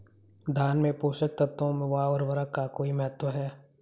धान में पोषक तत्वों व उर्वरक का कोई महत्व है?